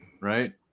right